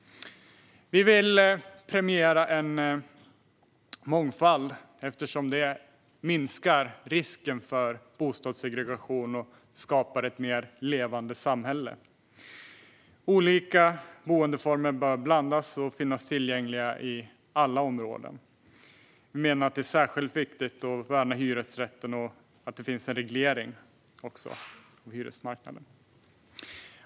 Vi vill premiera en mångfald, eftersom det minskar risken för bostadssegregation och skapar ett mer levande samhälle. Olika boendeformer bör blandas och finnas tillgängliga i alla områden. Vi menar att det är särskilt viktigt att värna hyresrätten och att det finns en reglering av hyresmarknaden.